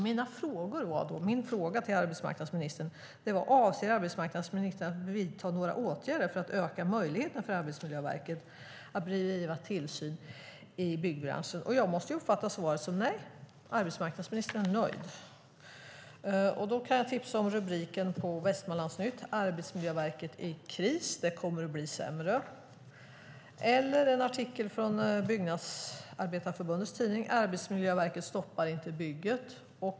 Min fråga till arbetsmarknadsministern var om hon avser att vidta några åtgärder för att öka möjligheterna för Arbetsmiljöverket att bedriva tillsyn i byggbranschen. Jag måste uppfatta svaret som nej - arbetsmarknadsministern är nöjd. Jag kan tipsa om en rubrik i Västmanlandsnytt : "Arbetsmiljöverket i kris: Det kommer bli sämre", eller en artikel från Byggnadsarbetareförbundets tidning: "Arbetsmiljöverket stoppar inte bygget".